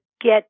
get